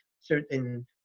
certain